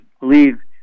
believe